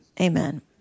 amen